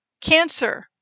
cancer